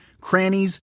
crannies